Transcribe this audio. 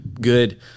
good